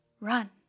run